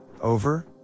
Over